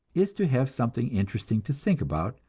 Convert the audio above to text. is to have something interesting to think about,